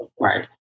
Right